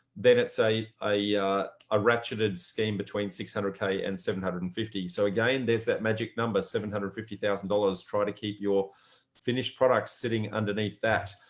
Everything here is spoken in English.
then it say a yeah ah ratcheted scheme between six hundred k and seven hundred and fifty. so again, there's that magic number seven hundred and fifty thousand dollars. try to keep your finished products sitting underneath that.